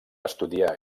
estudià